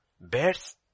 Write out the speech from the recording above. bears